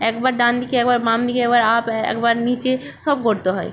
একবার ডান দিকে একবার বাম দিকে একবার আপ এ একবার নিচে সব করতে হয়